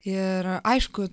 ir aišku